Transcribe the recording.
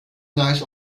nice